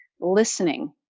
listening